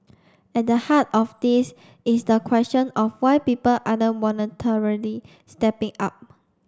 at the heart of this is the question of why people aren't voluntarily stepping up